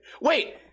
Wait